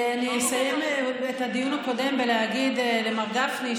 אסיים את הדיון הקודם בלהגיד למר גפני,